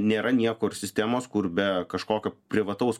nėra niekur sistemos kur be kažkokio privataus